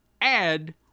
add